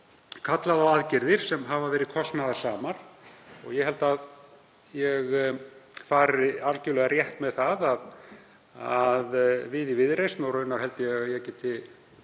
kallað á aðgerðir sem verið hafa kostnaðarsamar. Ég held að ég fari algjörlega rétt með að við í Viðreisn og raunar held ég að ég geti